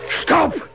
Stop